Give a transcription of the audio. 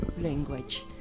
language